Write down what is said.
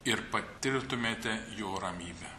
ir patirtumėte jo ramybę